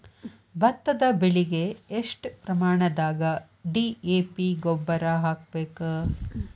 ಭತ್ತದ ಬೆಳಿಗೆ ಎಷ್ಟ ಪ್ರಮಾಣದಾಗ ಡಿ.ಎ.ಪಿ ಗೊಬ್ಬರ ಹಾಕ್ಬೇಕ?